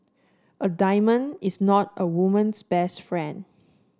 a diamond is not a woman's best friend